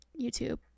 YouTube